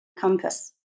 compass